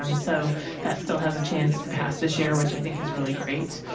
um so that still has a chance to pass this year, which i think is really great.